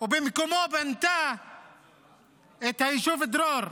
ובמקומו בנתה את היישוב דרור,